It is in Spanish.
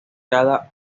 cada